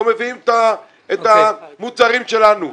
או מביאים את המוצרים שלנו.